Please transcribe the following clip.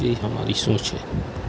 یہی ہماری سوچ ہے